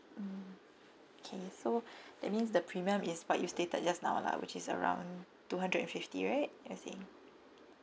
mm okay so that means the premium is what you stated just now lah which is around two hundred and fifty right you're saying